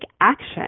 action